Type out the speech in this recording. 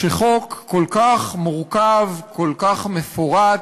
שחוק כל כך מורכב, כל כך מפורט,